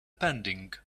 pending